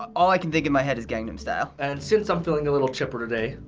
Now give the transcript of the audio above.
all i can think in my head is gangnam style. and since i'm feeling a little chipper today,